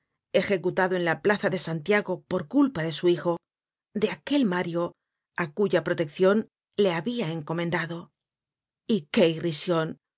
ejecutado en la plaza de santiago p or culpa de su hijo de aquel mario á cuya proteccion le habia encomendado y